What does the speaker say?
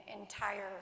entire